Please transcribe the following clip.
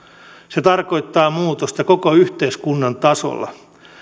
se tarkoittaa muutosta koko yhteiskunnan tasolla